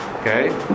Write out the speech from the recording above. Okay